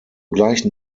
gleichen